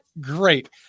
great